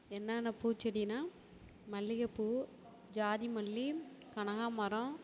என்னான்ன பூச்செடின்னா மல்லிகைப்பூ ஜாதிமல்லி கனகா மரம்